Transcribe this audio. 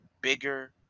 bigger